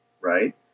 right